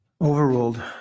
Overruled